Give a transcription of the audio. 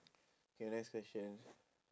K next question